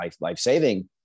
life-saving